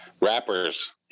Rappers